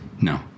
No